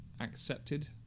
accepted